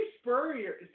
Spurrier